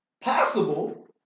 possible